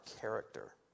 character